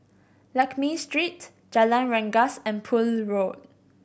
Lakme Street Jalan Rengas and Poole Road